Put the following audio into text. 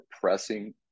pressing